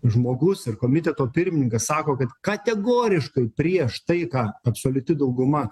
žmogus ir komiteto pirmininkas sako kad kategoriškai prieš tai ką absoliuti dauguma